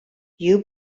you